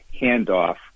handoff